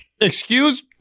Excuse